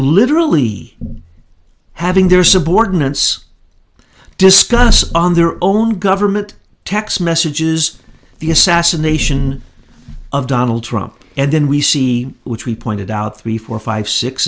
literally having their subordinates discuss on their own government text messages the assassination of donald trump and then we see which we pointed out three four five six